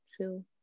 chill